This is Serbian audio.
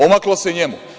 Omaklo se i njemu.